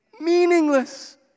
Meaningless